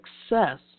Success